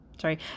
sorry